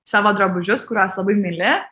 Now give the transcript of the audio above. savo drabužius kuriuos labai myli